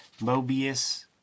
Mobius